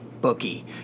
bookie